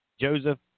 Joseph